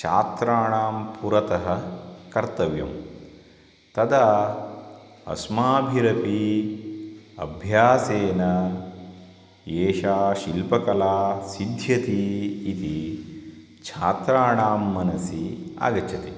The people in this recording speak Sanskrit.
छात्राणां पुरतः कर्तव्यं तदा अस्माभिरपि अभ्यासेन एषा शिल्पकला सिद्ध्यति इति छात्राणां मनसि आगच्छति